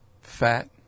fat